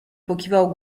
pokiwał